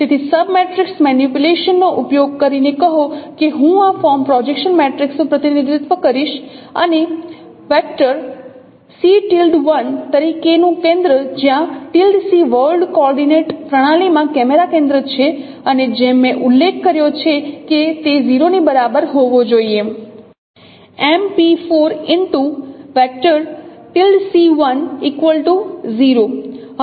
તેથી sub matrix manipulation નો ઉપયોગ કરીને કહો કે હું આ ફોર્મ પ્રોજેક્શન મેટ્રિક્સિ નું પ્રતિનિધિત્વ કરીશ અને તરીકેનું કેન્દ્ર જ્યાં વર્લ્ડ કોર્ડિનેટ પ્રણાલીમાં કેમેરા કેન્દ્ર છે અને જેમ મેં ઉલ્લેખ કર્યો છે કે તે 0 ની બરાબર હોવો જોઈએ